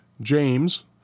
James